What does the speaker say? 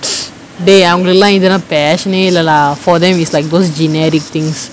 dey அவங்களுக்கெல்லா இதுலா:avangalukellaa ithulaa fashion eh இல்ல:illa lah for them is like those genetic things